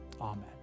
amen